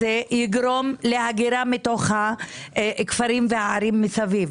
יגרום להגירה מתוך הכפרים והערים מסביב.